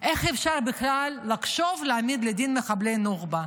איך אפשר בכלל לחשוב להעמיד לדין מחבלי נוח'בה,